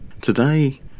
Today